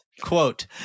quote